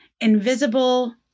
invisible